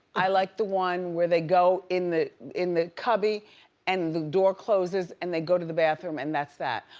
i liked the one where they go in the in the cubby and the door closes and they go to the bathroom and that's that.